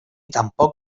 tampoc